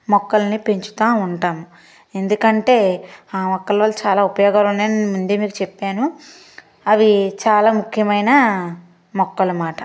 మొక్కల్ని పెంచుతా ఉంటాం ఎందుకంటే ఆ మొక్కల వల్ల చాలా ఉపయోగాలున్నాయని నేను ముందే మీకు చెప్పాను అవి చాలా ముఖ్యమైన మొక్కలు మాట